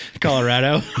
Colorado